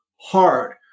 hard